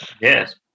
Yes